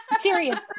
Serious